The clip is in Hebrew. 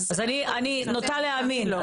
אז אני נוטה להאמין לו.